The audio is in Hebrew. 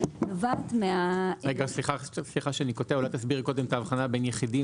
נובעת- - אולי תסבירי קודם את ההבחנה בין יחידים